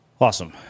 Awesome